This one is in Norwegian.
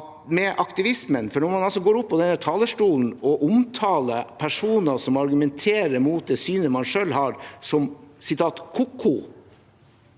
Når man går opp på denne talerstolen og omtaler personer som argumenterer mot det synet man selv har, som «ko-ko»,